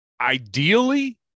ideally